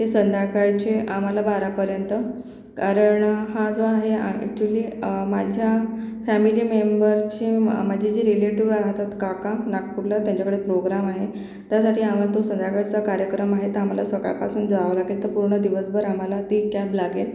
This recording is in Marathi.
ते संध्याकाळचे आम्हाला बारापर्यंत कारण हा जो आहे हा ॲक्च्युली माझ्या फॅमिली मेंबरची मग माझी जी रिलेटीव राहतात काका नागपूरला त्यांच्याकडे प्रोग्राम आहे त्यासाठी आम्हाला तो संध्याकाळचा कार्यक्रम आहे तर आम्हाला सकाळपासून जावं लागेल तर पूर्ण दिवसभर आम्हाला ती कॅब लागेल